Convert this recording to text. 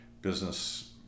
business